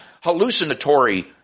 hallucinatory